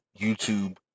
YouTube